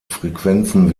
frequenzen